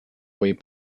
way